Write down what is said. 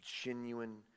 genuine